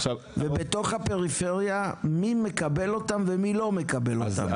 ובתוך הפריפריה מי מקבל אותם ומי לא מקבל אותם?